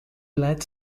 led